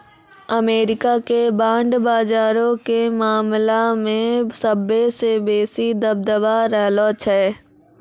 America के bond बजारो के मामला मे सभ्भे से बेसी दबदबा रहलो छै